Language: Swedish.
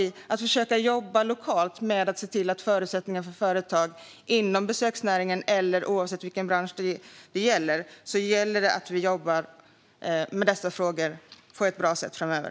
Vi måste jobba lokalt för att se till att förbättra förutsättningarna för företag, oavsett bransch. Det gäller att jobba med dessa frågor på ett bra sätt framöver.